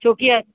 छो कि